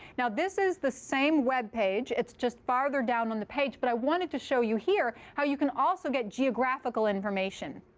now this is the same web page. it's just farther down on the page. but i wanted to show you here how you can also get geographical information.